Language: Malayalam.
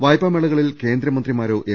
വായ്പാമേളകളിൽ കേന്ദ്ര മന്ത്രിമാരും എം